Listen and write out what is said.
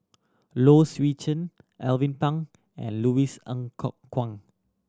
Low Swee Chen Alvin Pang and Louis Ng Kok Kwang